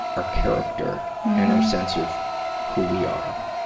our character and our sense of who we are,